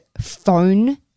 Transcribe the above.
phone